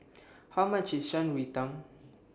How much IS Shan Rui Tang